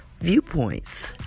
Viewpoints